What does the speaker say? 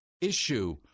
issue